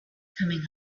coming